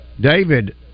David